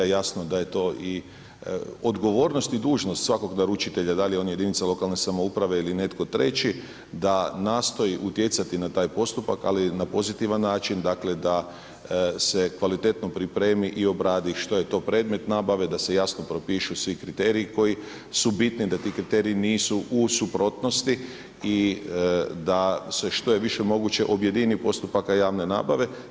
Jasno da je to i odgovornost i dužnost svakog naručitelja, da li je on jedinica lokalne samouprave ili netko treći da nastoji utjecati na taj postupak ali na pozitivan način, dakle da se kvalitetno pripremi i obradi što je to predmet nabave, da se jasno propišu svi kriteriji koji su bitni, da ti kriteriji nisu u suprotnosti i da se što je više moguće objedini postupaka javne nabave.